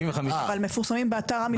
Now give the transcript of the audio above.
אבל מפורסמים באתר המפרטים.